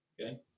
Okay